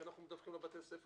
כי אנחנו מדווחים לבתי הספר,